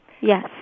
Yes